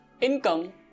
income